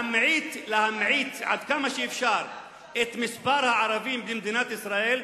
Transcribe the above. להמעיט עד כמה שאפשר את מספר הערבים במדינת ישראל,